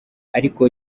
ariko